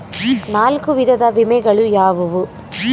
ನಾಲ್ಕು ವಿಧದ ವಿಮೆಗಳು ಯಾವುವು?